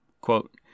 Quote